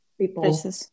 people